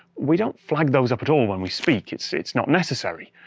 we don't flag those up at all when we speak, it's it's not necessary.